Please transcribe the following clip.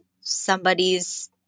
somebody's